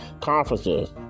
conferences